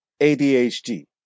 ADHD